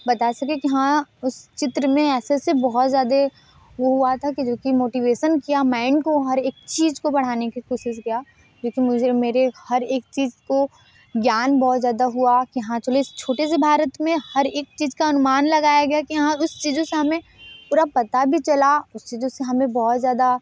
बता सके कि हाँ उस चित्र में ऐसे ऐसे बहुत ज़्यादे वह हुआ था कि जो कि मोटिवेशन किया माइंड को हर एक चीज़ को बढ़ाने की कोशिश किया लेकिन मुझे मेरे हर एक चीज़ को ज्ञान बहुत ज़्यादा हुआ कि हाँ चलो इस छोटे से भारत में हर एक चीज़ का अनुमान लगाया गया कि यहाँ उस चीज़ों से हमे पूरा पता भी चला उस चीज़ों से हमें बहुत ज़्यादा